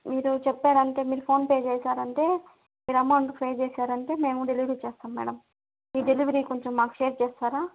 మీరు చెప్పారంటే మీరు ఫోనేపే చేసారంటే మీరు అమౌంట్ పే చేసారు అంటే మేము డెలీవరి ఇస్తాం మేడం మీ డెలివరీ మాకు కొంచెం షేర్ చేస్తారా